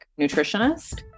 nutritionist